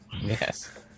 Yes